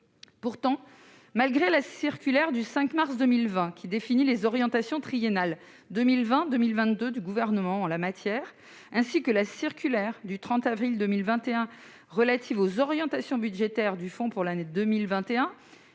Pourtant, malgré la circulaire du 5 mars 2020, qui définit les orientations triennales 2020-2022 du Gouvernement en la matière, et celle du 30 avril 2021 relative aux orientations budgétaires du fonds pour l'année 2021,